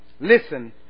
Listen